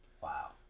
Wow